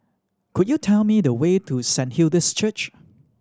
could you tell me the way to Saint Hilda's Church